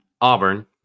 Auburn